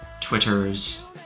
Twitters